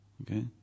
Okay